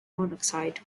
monoxide